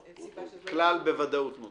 "כלל" בוודאות נותנת.